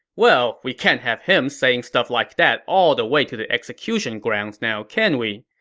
well, we can't have him saying stuff like that all the way to the execution grounds, now can we?